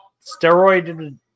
steroid